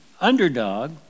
underdog